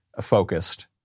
focused